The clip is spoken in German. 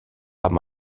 haben